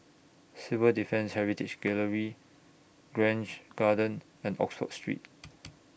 Civil Defence Heritage Gallery Grange Garden and Oxford Street